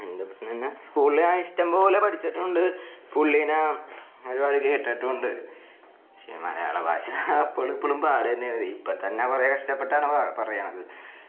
അതിന്റെ ഒപ്പം തന്നെ സ്കൂള ഞാൻ ഇഷ്ടം പോലെ പഠിച്ചിട്ടുണ്ട് പുള്ളീനെ ഒരുപാട് കേട്ടിട്ടുമുണ്ട് പക്ഷേ മലയാള ഭാഷ അപ്പോഴും ഇപ്പോഴും പാട് തന്നെ ആണത് ഇപ്പം തന്നെ കുറേ കഷ്ട്ടപ്പെട്ടാണ് പാ പറയുന്നത്